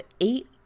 eight